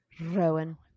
rowan